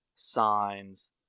Signs